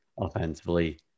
offensively